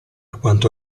quanto